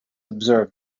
observe